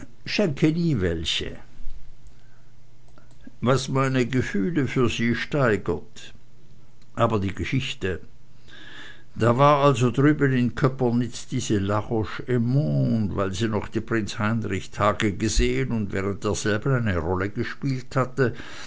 welche was meine gefühle für sie steigert aber die geschichte da war also drüben in köpernitz diese la roche aymon und weil sie noch die prinz heinrich tage gesehen und während derselben eine rolle gespielt hatte